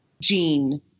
gene